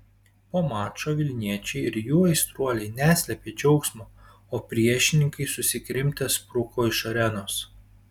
po mačo vilniečiai ir jų aistruoliai neslėpė džiaugsmo o priešininkai susikrimtę spruko iš arenos